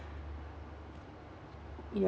ya